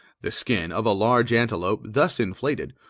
the skin of a large antelope thus inflated,